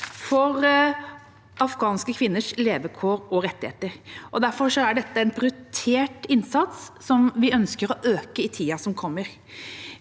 for afghanske kvinners levekår og rettigheter. Derfor er dette en prioritert innsats, som vi ønsker å øke i tida som kommer.